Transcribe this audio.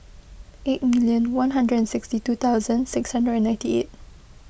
eight million one hundred and sixty two thousand six hundred and ninety eight